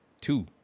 two